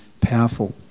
Powerful